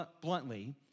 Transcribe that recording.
bluntly